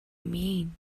mean